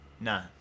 Nah